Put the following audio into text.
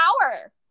power